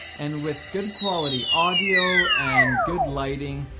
and with good quality audio, and good lighting,